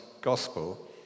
gospel